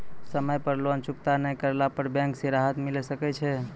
समय पर लोन चुकता नैय करला पर बैंक से राहत मिले सकय छै?